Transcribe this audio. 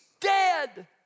dead